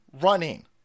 running